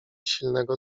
silnego